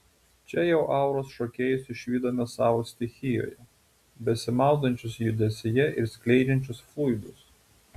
čia jau auros šokėjus išvydome savo stichijoje besimaudančius judesyje ir skleidžiančius fluidus